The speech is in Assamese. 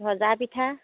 ভজা পিঠা